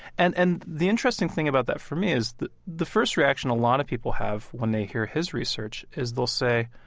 and and the interesting thing about that for me is the the first reaction a lot of people have when they hear his research is they'll say,